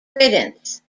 riddance